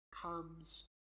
comes